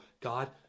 God